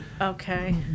Okay